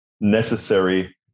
necessary